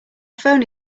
phone